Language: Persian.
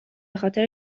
خاطر